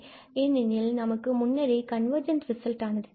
ஏனெனில் நமக்கு முன்னரே கன்வர்ஜென்ஸ் ரிசல்ட் ஆனது தெரியும்